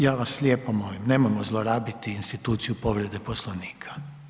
Ja vas lijepo molim nemojmo zlorabiti instituciju povrede Poslovnika.